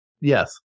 Yes